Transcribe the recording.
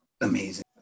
Amazing